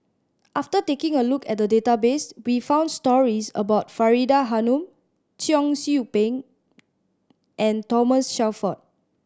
after taking a look at the database we found stories about Faridah Hanum Cheong Soo Pieng and Thomas Shelford